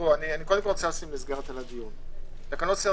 אני רוצה לשים מסגרת לדיון: תקנות סדר